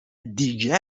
دیگه